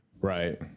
Right